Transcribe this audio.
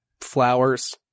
flowers